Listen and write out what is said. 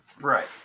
right